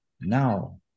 Now